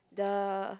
the